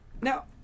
Now